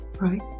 right